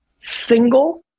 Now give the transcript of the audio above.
single